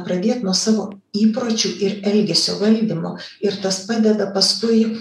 pradėt nuo savo įpročių ir elgesio valdymo ir tas padeda paskui